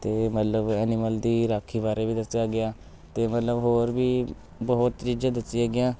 ਅਤੇ ਮਤਲਬ ਐਨੀਮਲ ਦੀ ਰਾਖੀ ਬਾਰੇ ਵੀ ਦੱਸਿਆ ਗਿਆ ਅਤੇ ਮਤਲਬ ਹੋਰ ਵੀ ਬਹੁਤ ਚੀਜ਼ਾਂ ਦੱਸੀਆਂ ਗਈਆਂ